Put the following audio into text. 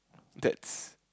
that's